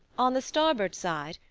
on the starboard side,